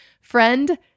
Friend